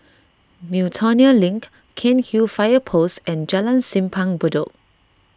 Miltonia Link Cairnhill Fire Post and Jalan Simpang Bedok